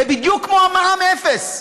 זה בדיוק כמו המע"מ אפס.